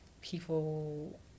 people